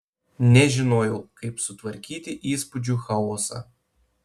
nežinojau kaip sutvarkyti įspūdžių chaosą